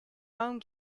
home